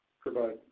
provide